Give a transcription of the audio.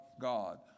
God